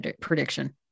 prediction